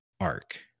arc